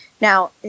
Now